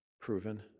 proven